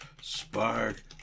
spark